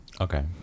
Okay